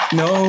no